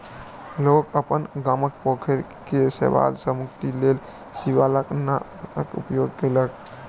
लोक अपन गामक पोखैर के शैवाल सॅ मुक्तिक लेल शिवालनाशक के उपयोग केलक